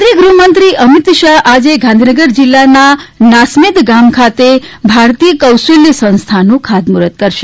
કેન્દ્રીય ગૃહમંત્રી અમિત શાહ આજે ગાંધીનગર જિલ્લાના નાસ્મેદ ગામ ખાતે ભારતીય કૌશલ્ય સંસ્થાનનું ખાતમુહૂર્ત કરશે